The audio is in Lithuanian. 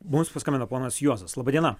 mums paskambino ponas juozas laba diena